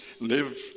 live